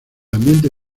ambiente